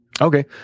okay